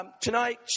Tonight